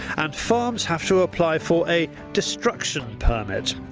and farms have to apply for a destruction permit.